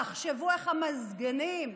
תחשבו איך המזגנים,